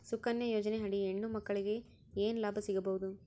ಸುಕನ್ಯಾ ಯೋಜನೆ ಅಡಿ ಹೆಣ್ಣು ಮಕ್ಕಳಿಗೆ ಏನ ಲಾಭ ಸಿಗಬಹುದು?